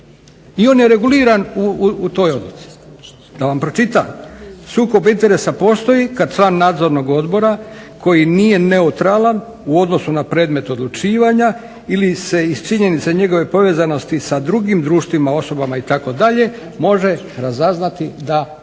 I on je reguliran u toj odluci. Da vam pročitam "Sukob interesa postoji kada član nadzornog odbora koji nije neutralan u odnosu na predmet odlučivanja ili se iz činjenice njegove povezanosti sa drugim društvima, osobama itd. može razaznati da ima